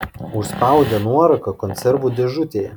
užspaudė nuorūką konservų dėžutėje